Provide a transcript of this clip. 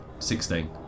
Sixteen